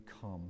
come